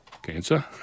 Cancer